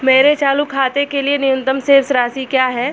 मेरे चालू खाते के लिए न्यूनतम शेष राशि क्या है?